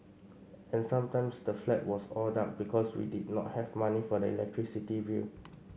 and sometimes the flat was all dark because we did not have money for the electricity bill